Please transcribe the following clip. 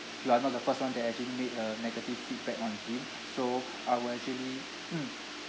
you are not the first [one] that actually made a negative feedback on him so I will actually mm